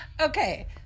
Okay